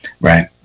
right